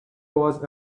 was